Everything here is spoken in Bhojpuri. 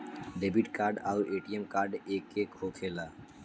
डेबिट कार्ड आउर ए.टी.एम कार्ड एके होखेला?